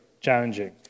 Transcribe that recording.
challenging